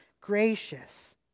gracious